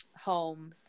home